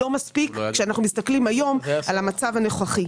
לא מספיק כשאנחנו מסתכלים היום על המצב הנוכחי.